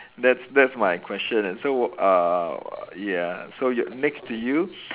that's that's my question so uh ya so y~ next to you